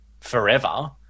forever